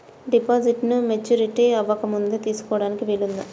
డిపాజిట్ను మెచ్యూరిటీ అవ్వకముందే తీసుకోటానికి వీలుందా?